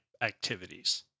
activities